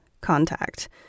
contact